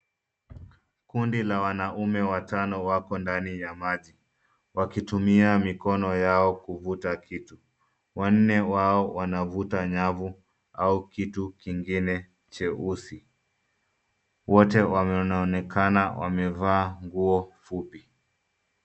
Kundi la wanaume watano wako ndani ya maji wakitumia mikono yao kuvuta kitu. Wanne wao wanavuta nyavu au kitu kingine cheusi. Wote wanaonekana wamevaa nguo fupi.